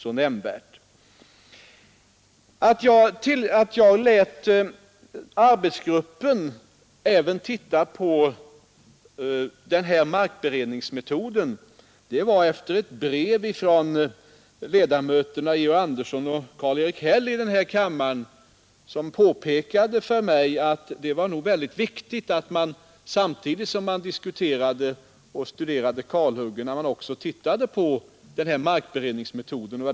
Anledningen till att jag lät arbetsgruppen titta på även markberedningsmetoden var att jag fick ett brev från ledamöterna av denna kammare Georg Andersson och Karl-Erik Häll, som påpekade för mig att det var viktigt att man samtidigt som man studerade kalhyggena också tittade på markberedningsmetoden.